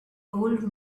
old